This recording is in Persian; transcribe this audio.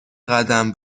قدم